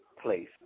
place